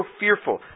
fearful